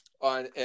on